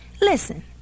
Listen